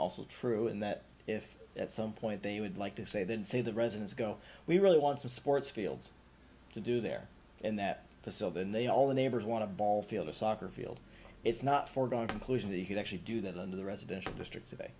also true in that if at some point they would like to say then say the residents go we really want some sports fields to do there in that facility and they all the neighbors want to ball field a soccer field it's not foregone conclusion that you could actually do that under the residential district today